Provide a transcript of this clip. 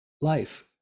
life